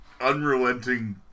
unrelenting